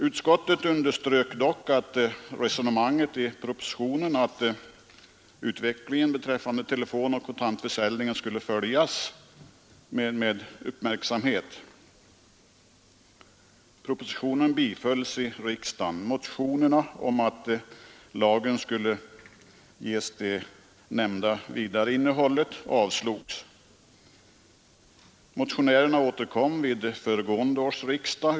Utskottet underströk dock, i likhet med vad som framhållits i propositionen, att utvecklingen beträffande telefonoch kontantförsäljning skulle följas med uppmärksamhet. Propositionen bifölls av riksdagen. Motionerna om att lagen skulle ges det nämnda Motionärerna återkom vid föregående års riksdag.